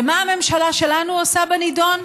ומה הממשלה שלנו עושה בנדון?